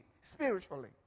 spiritually